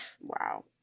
Wow